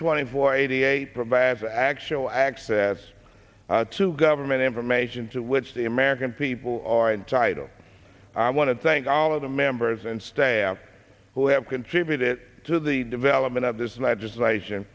twenty four eighty eight provides actual access to government information to which the american people are entitled i want to thank all of the members and staff who have contributed to the development of this legislation